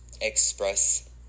express